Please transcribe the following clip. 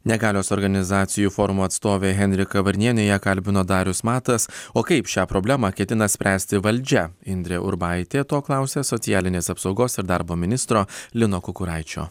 negalios organizacijų forumo atstovė henrika varnienė ją kalbino darius matas o kaip šią problemą ketina spręsti valdžia indrė urbaitė to klausė socialinės apsaugos ir darbo ministro lino kukuraičio